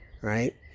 right